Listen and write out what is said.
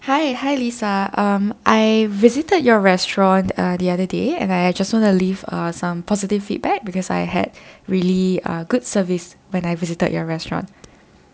hi hi lisa um I visited your restaurant uh the other day and I I just want to leave uh some positive feedback because I had really uh good service when I visited your restaurant